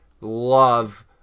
love